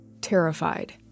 terrified